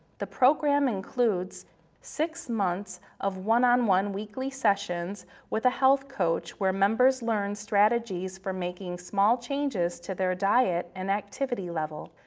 the program includes six months of one-on-one weekly sessions with a health coach where members learn strategies for making small changes to their diet and activity level,